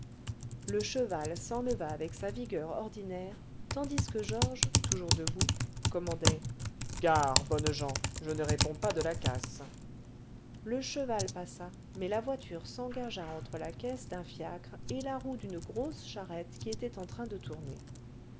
le cheval s'enleva avec sa vigueur ordinaire tandis que georges toujours debout commandait gare bonnes gens je ne réponds pas de la casse le cheval passa mais la voiture s'engagea entre la caisse d'un fiacre et la roue d'une grosse charrette qui était en train de tourner